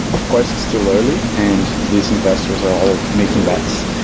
of course, it's still early and these investors are all making bets.